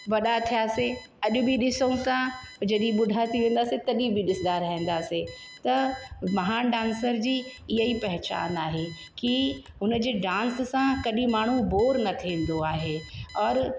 वॾा थियासीं अॼ बि ॾिसूं था जॾहिं बुढ्ढा थी वेंदासीं तॾहिं बि ॾिसंदा रहंदासीं त महान डांसर जी इहा ई पहिचान आहे कि उनजे डांस सां कॾहिं माण्हू बोर न थींदो आहे और